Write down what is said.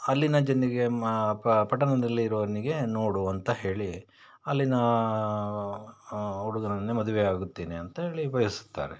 ಅಲ್ಲಿನ ಜನರಿಗೆ ಮ್ ಪ್ ಪಟ್ಟಣದಲ್ಲಿರೋವನಿಗೆ ನೋಡು ಅಂತ ಹೇಳಿ ಅಲ್ಲಿನ ಹುಡುಗರನ್ನೇ ಮದುವೆ ಆಗುತ್ತೇನೆ ಅಂತ ಹೇಳಿ ಬಯಸುತ್ತಾರೆ